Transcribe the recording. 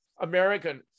American